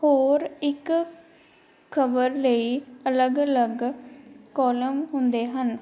ਹੋਰ ਇੱਕ ਖਬਰ ਲਈ ਅਲੱਗ ਅਲੱਗ ਕੋਲਮ ਹੁੰਦੇ ਹਨ